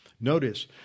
Notice